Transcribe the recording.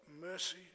mercy